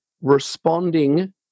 responding